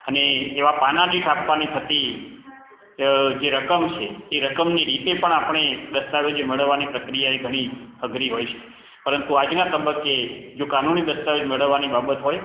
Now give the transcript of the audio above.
અને એવા પાના દીઠ આપવાની થતી જે રકમ છે એ રકમની રીતે પણ આપણે દસ્તાવેજો મેળવવાની પ્રક્રિયા એ ઘણી અઘરી હોય છે પરંતુ આજના તબક્કે જો કાનુની દસ્તાવેજ મેળવવાની બાબત હોય